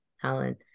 Helen